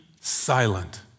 silent